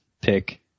pick